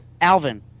Alvin